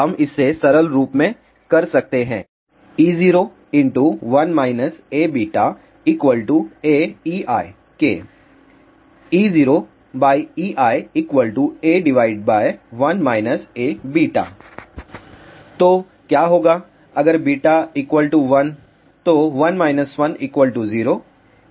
हम इसे सरल रूप में कर सकते हैं eo1 AβAeiके eoeiA1 Aβ तो क्या होगा अगर β 1 तो 1 1 0 A 0 ∞